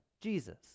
Jesus